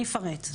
אני אפרט.